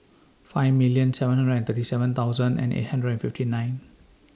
five million seven hundred and thirty seven thousand and eight hundred and fifty nine